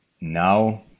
Now